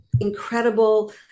incredible